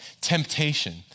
Temptation